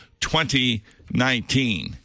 2019